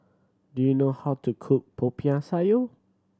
do you know how to cook Popiah Sayur